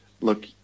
look